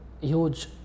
huge